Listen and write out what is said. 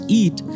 eat